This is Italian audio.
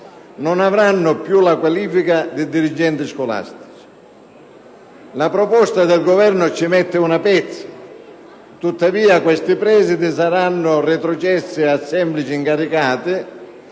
non avranno più la qualifica di dirigenti scolastici. La proposta del Governo ci mette una pezza, tuttavia questi presidi saranno retrocessi a semplici incaricati,